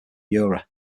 jura